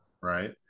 right